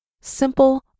simple